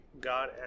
God